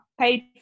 paid